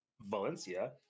Valencia